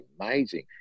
amazing